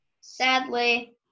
Sadly